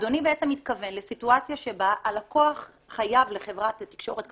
אדוני בעצם מתכוון לסיטואציה שבה הלקוח חייב כסף לחברת התקשורת,